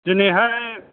दिनैहाय